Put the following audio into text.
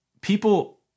people